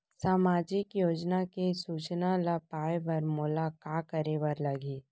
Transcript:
सामाजिक योजना के सूचना ल पाए बर मोला का करे बर लागही?